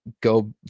go